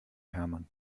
hermann